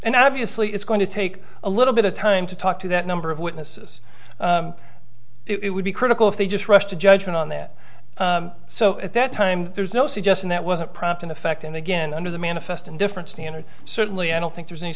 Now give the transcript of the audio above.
and obviously it's going to take a little bit of time to talk to that number of witnesses it would be critical if they just rush to judgment on that so at that time there's no suggestion that wasn't prompt in effect and again under the manifest and different standard certainly i don't think there's any